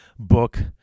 book